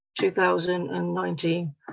2019